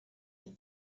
had